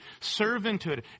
servanthood